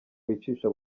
wicisha